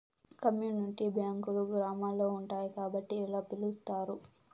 community బ్యాంకులు గ్రామాల్లో ఉంటాయి కాబట్టి ఇలా పిలుత్తారు